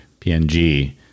PNG